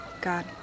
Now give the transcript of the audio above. God